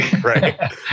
Right